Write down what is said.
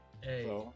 Hey